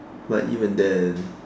but even then